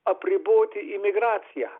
apriboti imigraciją